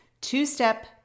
two-step